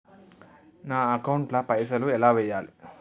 నా అకౌంట్ ల పైసల్ ఎలా వేయాలి?